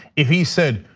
if he said,